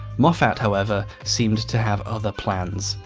moffat however seemed to have other plans.